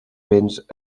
béns